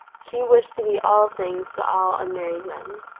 she wished to be all things to all unmarried men.